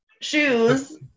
shoes